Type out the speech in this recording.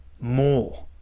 more